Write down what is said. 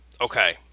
okay